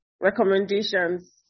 recommendations